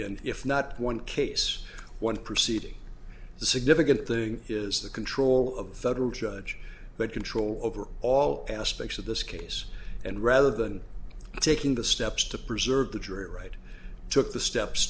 and if not one case one proceeding the significant thing is the control of the federal judge but control over all aspects of this case and rather than taking the steps to preserve the jury right took the steps